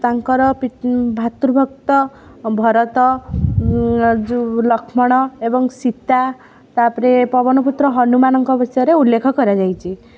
ତାଙ୍କର ଭାତୃ ଭକ୍ତ ଭରତ ଯେଉଁ ଲକ୍ଷ୍ମଣ ଏବଂ ସୀତା ତା'ପରେ ପବନପୁତ୍ର ହନୁମାନଙ୍କ ବିଷୟରେ ଉଲ୍ଲେଖ କରାଯାଇଛି